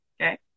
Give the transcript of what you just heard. Okay